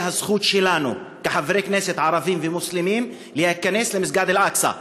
הזכות שלנו כחברי כנסת ערבים ומוסלמים להיכנס למסגד אל-אקצא.